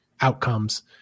outcomes